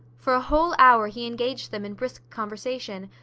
for a whole hour he engaged them in brisk conversation,